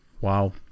wow